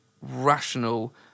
rational